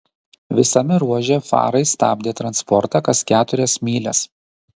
visame ruože farai stabdė transportą kas keturias mylias